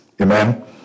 Amen